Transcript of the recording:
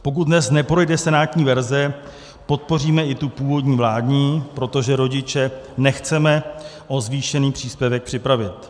Pokud dnes neprojde senátní verze, podpoříme i tu původní vládní, protože rodiče nechceme o zvýšený příspěvek připravit.